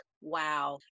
wow